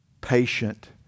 patient